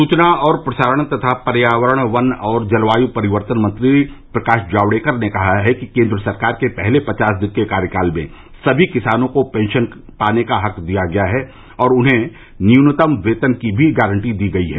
सुचना और प्रसारण तथा पर्यावरण वन और जलवायु परिवर्तन मंत्री प्रकाश जावडेकर ने कहा है कि केन्द्र सरकार के पहले पचास दिन के कार्यकाल में सभी किसानों को पेंशन पाने का हक दिया गया है और उन्हें न्यूनतम वेतन की भी गारंटी दी गयी है